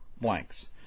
blanks